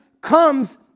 comes